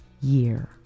year